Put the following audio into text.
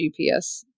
GPS